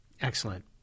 Excellent